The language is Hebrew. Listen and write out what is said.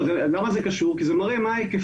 זה קשור כי זה מראה מה המשמעות.